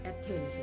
attention